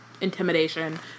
intimidation